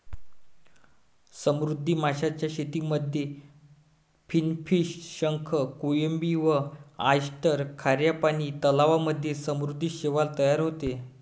समुद्री माशांच्या शेतीमध्ये फिनफिश, शंख, कोळंबी व ऑयस्टर, खाऱ्या पानी तलावांमध्ये समुद्री शैवाल तयार होते